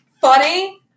funny